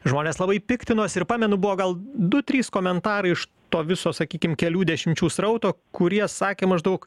žmonės labai piktinosi ir pamenu buvo gal du trys komentarai iš to viso sakykim kelių dešimčių srauto kurie sakė maždaug